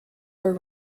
were